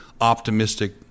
optimistic